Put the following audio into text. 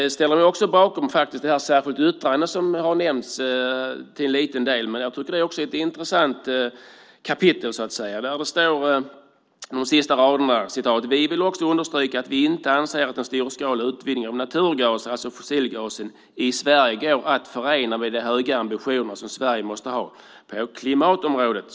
Jag ställer mig också bakom det särskilda yttrande som har nämnts till en liten del, men jag tycker att det är ett intressant kapitel. Det står där på de sista raderna: "Vi vill också understryka att vi inte anser att storskalig utvinning av naturgas i Sverige går att förena med de höga ambitioner som Sverige måste ha på klimatområdet."